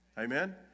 Amen